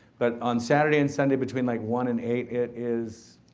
but on saturday and sunday, between like one and eight, it is,